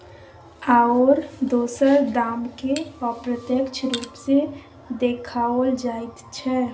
आओर दोसर दामकेँ अप्रत्यक्ष रूप सँ देखाओल जाइत छै